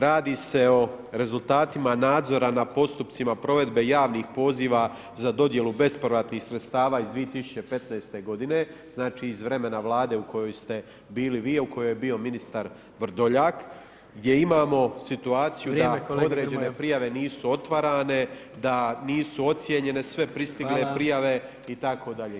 Radi se o rezultatima nadzora nad postupcima provedbe javnih poziva za dodjelu bespovratnih sredstava iz 2015. g. znači iz vremena Vlade u koju ste bili vi, a u kojoj je bio ministar Vrdoljak, gdje imamo situaciju da određene prijave [[Upadica: Vrijeme kolega Grmoja]] nisu otvarane, da nisu ocjenjene sve pristigle prijave itd.